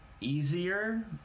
easier